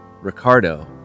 ricardo